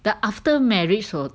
the after marriage 我